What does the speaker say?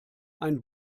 ein